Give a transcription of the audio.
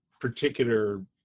particular